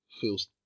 feels